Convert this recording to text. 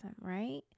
right